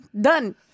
Done